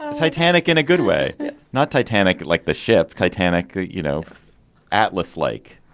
ah titanic in a good way not titanic like the ship titanic. you know atlas like